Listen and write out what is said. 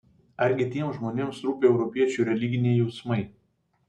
argi tiems žmonėms rūpi europiečių religiniai jausmai